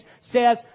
Says